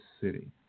city